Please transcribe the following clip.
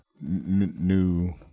New